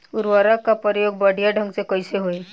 उर्वरक क प्रयोग बढ़िया ढंग से कईसे होई?